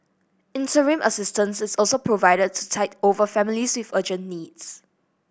interim assistance is also provided to tide over families with urgent needs